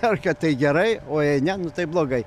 perka tai gerai o jei ne nu tai blogai